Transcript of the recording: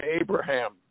Abraham